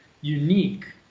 unique